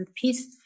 peace